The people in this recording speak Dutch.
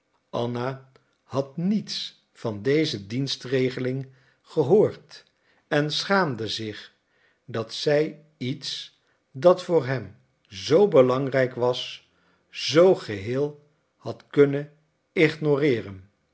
anna had niets van deze dienstregeling gehoord en schaamde zich dat zij iets dat voor hem zoo belangrijk was zoo geheel had kunnen